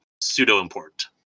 pseudo-import